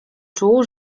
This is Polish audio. czuł